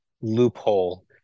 loophole